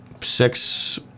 six